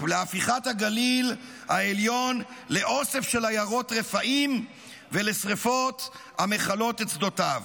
להפיכת הגליל העליון לאוסף של עיירות רפאים ולשרפות המכלות את שדותיו.